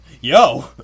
yo